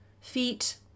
Feet